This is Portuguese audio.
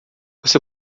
você